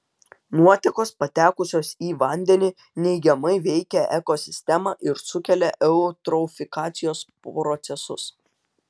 nuotekos patekusios į vandenį neigiamai veikia ekosistemą ir sukelia eutrofikacijos procesus